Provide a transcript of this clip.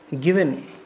given